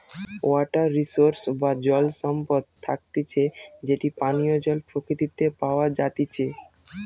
water resource বা জল সম্পদ থাকতিছে যেটি পানীয় জল প্রকৃতিতে প্যাওয়া জাতিচে